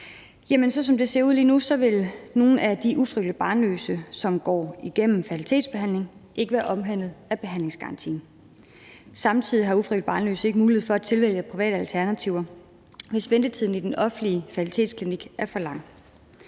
steder i landet, vil nogle af de ufrivilligt barnløse, som går igennem fertilitetsbehandlingen, ikke være omfattet af behandlingsgarantien, som det ser ud lige nu. Samtidig har ufrivilligt barnløse ikke mulighed for at tilvælge private alternativer, hvis ventetiden i den offentlige fertilitetsklinik er for lang.